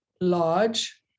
large